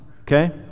Okay